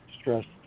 stressed